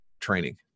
training